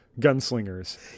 gunslingers